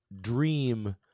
dream